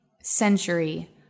century